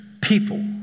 People